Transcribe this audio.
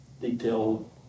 detailed